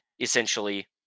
Essentially